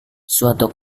suatu